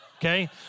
okay